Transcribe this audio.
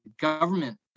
government